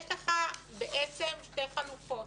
יש לך בעצם שתי חלופות.